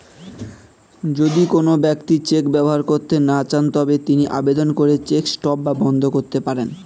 যদি কোন ব্যক্তি চেক ব্যবহার করতে না চান তবে তিনি আবেদন করে চেক স্টপ বা বন্ধ করতে পারেন